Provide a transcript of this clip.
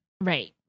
Right